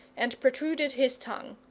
and protruded his tongue.